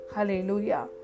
Hallelujah